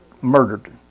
murdered